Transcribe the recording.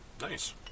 Nice